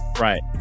right